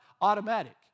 automatic